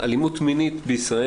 'אלימות מינית בישראל,